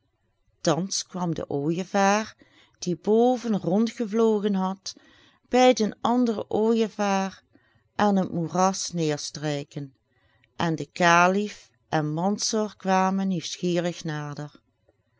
thans kwam de ooijevaar die boven rondgevlogen had bij den anderen ooijevaar aan het moeras neêrstrijken en de kalif en mansor kwamen nieuwsgierig